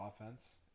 offense